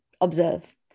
observe